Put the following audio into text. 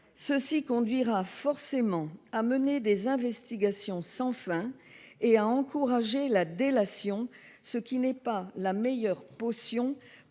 conduira forcément à mener des investigations sans fin et à encourager la délation, ce qui n'est pas la meilleure potion pour une